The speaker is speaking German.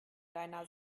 deiner